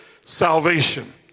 salvation